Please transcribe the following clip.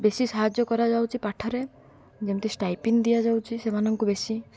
ବେଶୀ ସାହାଯ୍ୟ କରାଯାଉଛି ପାଠରେ ଯେମିତି ଷ୍ଟାଇପେନ୍ ଦିଆଯାଉଛି ସେମାନଙ୍କୁ ବେଶୀ